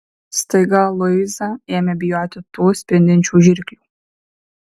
staiga luiza ėmė bijoti tų spindinčių žirklių